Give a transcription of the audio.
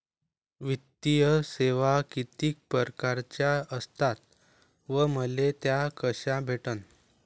वित्तीय सेवा कितीक परकारच्या असतात व मले त्या कशा भेटन?